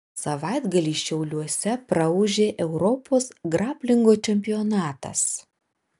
savaitgalį šiauliuose praūžė europos graplingo čempionatas